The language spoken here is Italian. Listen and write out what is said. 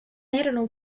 erano